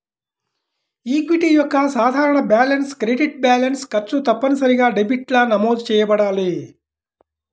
equity యొక్క సాధారణ balance credit balance, ఖర్చు తప్పనిసరిగా డెబిట్గా నమోదు చేయబడాలి